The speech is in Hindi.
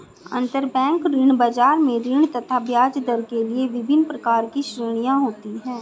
अंतरबैंक ऋण बाजार में ऋण तथा ब्याजदर के लिए विभिन्न प्रकार की श्रेणियां होती है